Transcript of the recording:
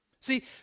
See